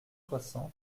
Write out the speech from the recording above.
soixante